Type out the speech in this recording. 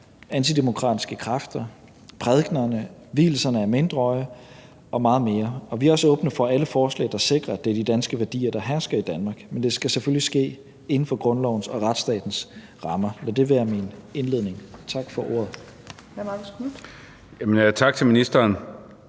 antidemokratiske kræfter, prædikerne, vielserne af mindreårige og meget mere. Vi er også åbne for alle forslag, der sikrer, at det er de danske værdier, der hersker i Danmark, men det skal selvfølgelig ske inden for grundlovens og retsstatens rammer. Lad det være min indledning. Tak for ordet. Kl. 15:45 Fjerde